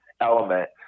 element